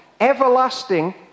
everlasting